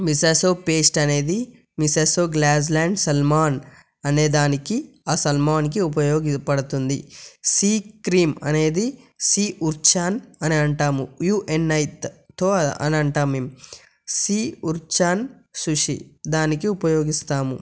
మీసో paste అనేది మిస్సెసో glass land salmon అనేదానికి ఆ సల్మాన్కి ఉపయోగపడుతుంది సీ క్రీమ్ అనేది సీ అర్చిన్ అని అంటాము యుఎన్ఐ అంటాము మేము సీ అర్చిన్ సుశీ దానికి ఉపయోగిస్తాము